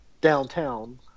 downtown